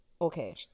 Okay